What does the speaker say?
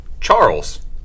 Charles